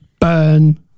burn